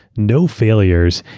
no failures,